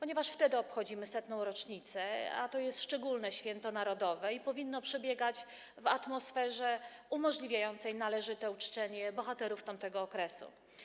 Dlatego, że wtedy obchodzimy setną rocznicę, a to jest szczególne święto narodowe i powinno przebiegać w atmosferze umożliwiającej należyte uczczenie bohaterów tamtego okresu.